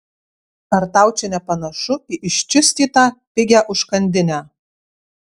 ar čia tau nepanašu į iščiustytą pigią užkandinę